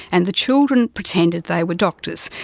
and the children pretended they were doctors.